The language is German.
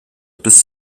bis